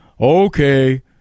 Okay